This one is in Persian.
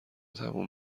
تموم